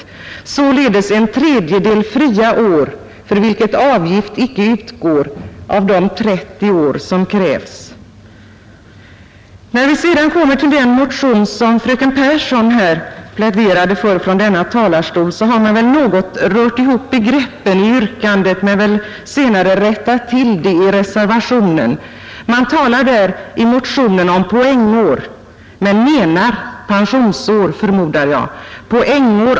Det blir således tio fria år, för vilka avgift icke utgår av de 30 år som krävs. När vi sedan kommer till den motion som fröken Pehrsson pläderade för från denna talarstol, kan sägas att man något rört ihop begreppen i yrkandet men senare rättat till dem i reservationen. I motionen talas om poängår men man menar — förmodar jag — pensionsår.